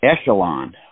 echelon